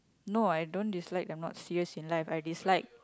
no I don't dislike I'm not serious in life I dislike